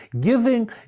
Giving